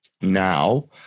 now